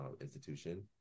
institution